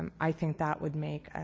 um i think that would make a